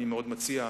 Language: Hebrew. אני מאוד מציע,